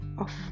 off